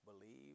believe